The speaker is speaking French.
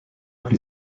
plus